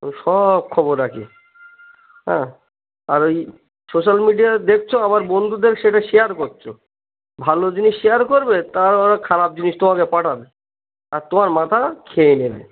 আমি সব খবর রাখি হ্যাঁ আর ওই সোশাল মিডিয়া দেখছো আবার বন্ধুদের সেটা শেয়ার করছো ভালো জিনিস শেয়ার করবে তার ও খারাপ জিনিস তোমাকে পাঠাবে আর তোমার মাথা খেয়ে নেবে